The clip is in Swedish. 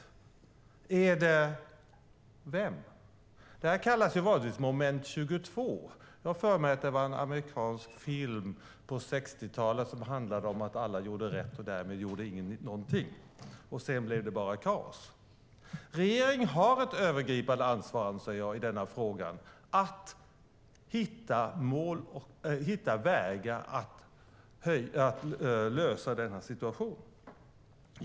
Vem är det? Detta kallas vanligtvis moment 22. Jag har för mig att det var en amerikansk film på 1960-talet som handlade om att alla gjorde rätt, och därmed gjorde ingen någonting, och sedan blev det bara kaos. Regeringen, anser jag, har ett övergripande ansvar för att hitta vägar att lösa denna situation.